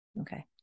Okay